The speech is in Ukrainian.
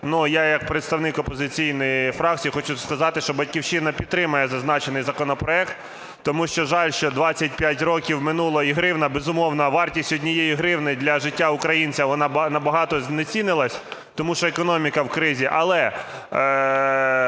я як представник опозиційної фракції хочу сказати, що "Батьківщина" підтримує зазначений законопроект, тому що жаль, що 25 років минуло і гривна, безумовно, вартість 1 гривні для життя українця, вона набагато знецінилась, тому що економіка в кризі.